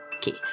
Keith